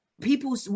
People